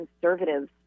conservatives